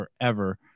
forever